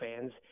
fans